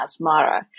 Asmara